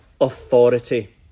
authority